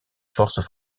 forces